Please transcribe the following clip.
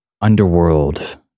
underworld